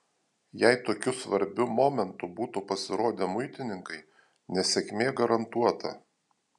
jei tokiu svarbiu momentu būtų pasirodę muitininkai nesėkmė garantuota